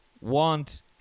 want